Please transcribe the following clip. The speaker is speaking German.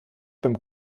beim